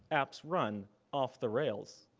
apps run off the rails.